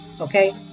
Okay